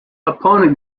upon